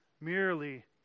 merely